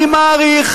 אני מעריך.